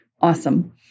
awesome